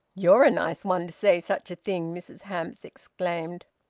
you're a nice one to say such a thing! mrs hamps exclaimed.